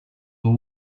were